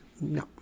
no